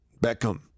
Beckham